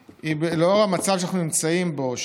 לנוכח המצב שאנחנו נמצאים בו,